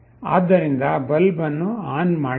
ಆದ್ದರಿಂದ ಬಲ್ಬ್ ಅನ್ನು ಆನ್ ಮಾಡಿಲ್ಲ